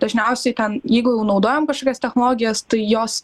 dažniausiai ten jeigu jau naudojam kažkokias technologijas tai jos